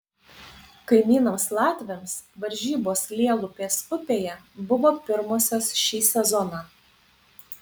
kaimynams latviams varžybos lielupės upėje buvo pirmosios šį sezoną